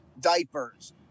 diapers